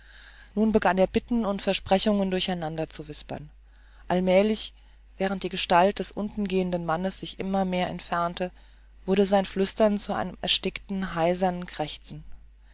nun begann er bitten und versprechungen durcheinander zu wispern allmählich während die gestalt des unten gehenden mannes sich immer mehr entfernte wurde sein flüstern zu einem erstickten heisern gekrächze